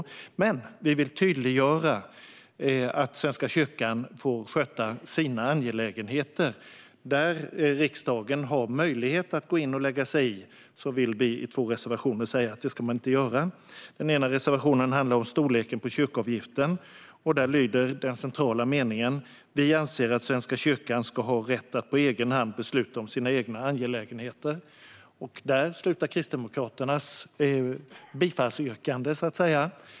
Däremot vill vi tydliggöra att Svenska kyrkan får sköta sina angelägenheter. Där riksdagen har möjlighet att gå in och lägga sig i vill vi i två reservationer säga att det ska man inte göra. Den ena reservationen handlar om storleken på kyrkoavgiften. Där lyder den centrala meningen: Vi anser att Svenska kyrkan ska ha rätt att på egen hand besluta om sina egna angelägenheter. Där slutar Kristdemokraternas bifallsyrkande.